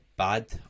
bad